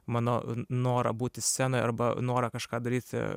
mano norą būti scenoje arba norą kažką daryti